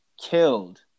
killed